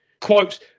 Quote